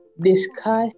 discuss